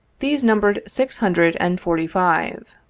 these numbered six hundred and forty-five.